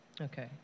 Okay